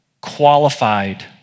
qualified